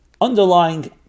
underlying